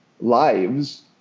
lives